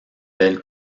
belle